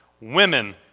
Women